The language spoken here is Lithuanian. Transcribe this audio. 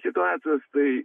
situacijos tai